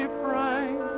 frank